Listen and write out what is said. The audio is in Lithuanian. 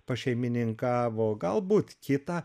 pašeimininkavo galbūt kitą